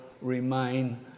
remain